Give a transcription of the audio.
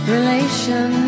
Relation